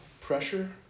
pressure